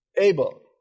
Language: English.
Abel